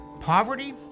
poverty